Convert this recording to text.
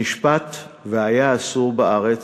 נשפט והיה אסור בארץ,